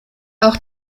auch